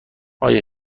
آیا